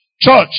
Church